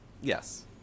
Yes